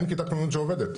אין כיתת כוננות שעובדת.